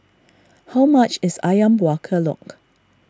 how much is Ayam Buah Keluak